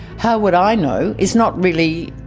how would i know? it's not really,